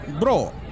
Bro